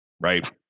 right